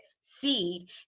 seed